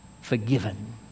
forgiven